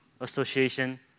association